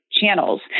channels